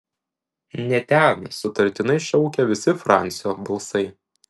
ne ten sutartinai šaukė visi francio balsai